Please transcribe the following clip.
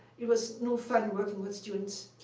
it was no fun working with students.